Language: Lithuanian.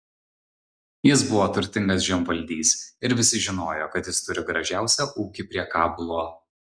jis buvo turtingas žemvaldys ir visi žinojo kad jis turi gražiausią ūkį prie kabulo